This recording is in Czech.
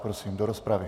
Prosím, do rozpravy.